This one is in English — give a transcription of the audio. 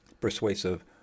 persuasive